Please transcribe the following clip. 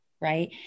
Right